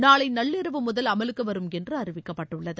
நாளைநள்ளிரவுமுதல் அமலுக்குவரும் என்றுஅறிவிக்கப்பட்டுள்ளது